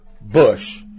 Bush